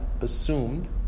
assumed